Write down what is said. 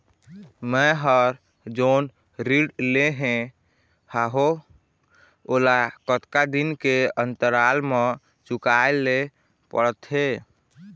मैं हर जोन ऋण लेहे हाओ ओला कतका दिन के अंतराल मा चुकाए ले पड़ते?